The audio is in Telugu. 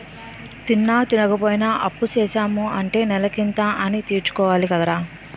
తిన్నా, తినపోయినా అప్పుసేసాము అంటే నెలకింత అనీ తీర్చుకోవాలి కదరా